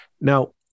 now